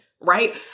right